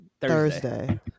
Thursday